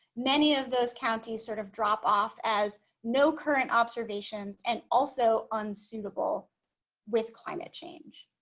many of those counties sort of drop off as no current observations and also unsuitable with climate change